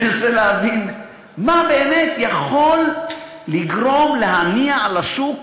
אני מנסה להבין מה באמת יכול לגרום, להניע את השוק